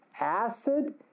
acid